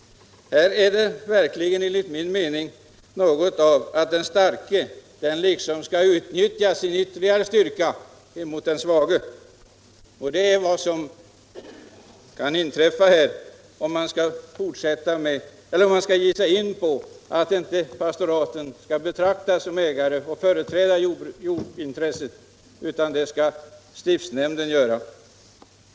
Enligt min uppfattning innebär utskottets mening att den starke skall utnyttja sin styrka mot den svage. Sådant kan inträffa om pastoraten inte skall betraktas såsom ägare och företrädare för jordintresset utan detta överlåtes åt stiftsnämnderna.